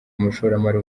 umushoramari